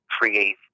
create